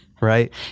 right